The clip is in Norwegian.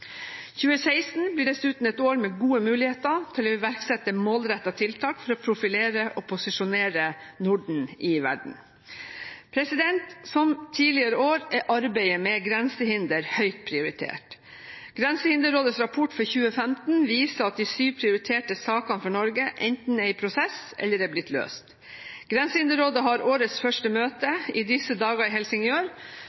2016 blir dessuten et år med gode muligheter til å iverksette målrettede tiltak for å profilere og posisjonere Norden i verden. Som i tidligere år er arbeidet med grensehindre høyt prioritert. Grensehinderrådets rapport for 2015 viser at de syv prioriterte sakene for Norge enten er i prosess eller er blitt løst. Grensehinderrådet har årets første møte